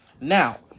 Now